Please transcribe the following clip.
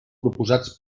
proposats